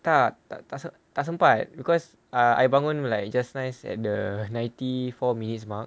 tak tak tak sempat because I bangun like just nice at the ninety four minutes mah